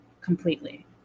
completely